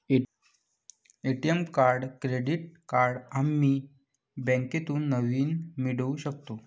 ATM card credit card आम्ही बँकेतून नवीन मिळवू शकतो